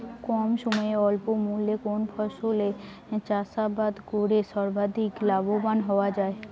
কম সময়ে স্বল্প মূল্যে কোন ফসলের চাষাবাদ করে সর্বাধিক লাভবান হওয়া য়ায়?